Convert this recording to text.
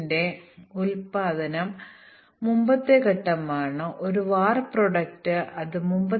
അവർ ഇവിടെ ചില dummy test കേസുകൾ വളരെ ലളിതമായ ടെസ്റ്റ് കേസുകൾ അല്ലെങ്കിൽ ലോ ലെവൽ പ്രോഗ്രാമുകൾ പരീക്ഷിക്കുന്നു